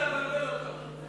הצלחת לבלבל אותנו.